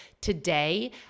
today